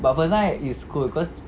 but first night is cool cause